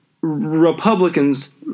Republicans